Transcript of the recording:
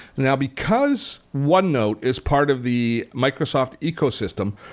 now because one note is part of the microsoft ecosystem,